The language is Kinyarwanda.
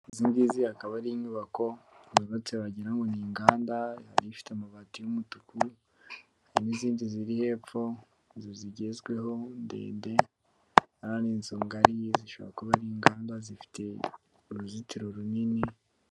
Izi ngizi akaba ari inyubako zubatse wagira ngo ni inganda zikaba zifite amabati y'umutuku. Hari n'izindi ziri hepfo, inzu zigezweho ndende, kandi ni inzu ngari zishobora kuba ari inganda zifite uruzitiro runini.